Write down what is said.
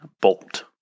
bolt